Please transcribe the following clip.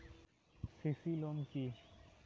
CC loan কি?